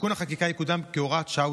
תיקון החקיקה יקודם כהוראת שעה,